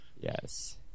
Yes